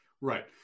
right